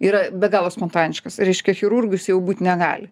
yra be galo spontaniškas reiškia chirurgu jis jau būt negali